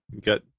Got